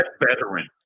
veteran